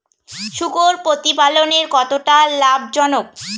শূকর প্রতিপালনের কতটা লাভজনক?